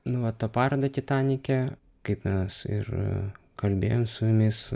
nu va ta paroda titanike kaip mes ir kalbėjom su jumis